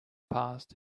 past